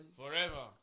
forever